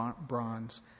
bronze